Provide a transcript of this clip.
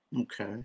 Okay